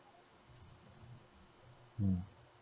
mm